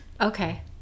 Okay